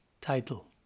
title